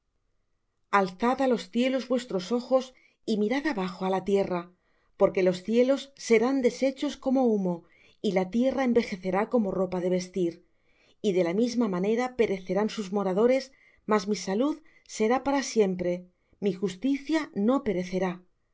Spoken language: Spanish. á los cielos vuestros ojos y mirad abajo á la tierra porque los cielos serán deshechos como humo y la tierra se envejecerá como ropa de vestir y de la misma manera perecerán sus moradores mas mi salud será para siempre mi justicia no perecerá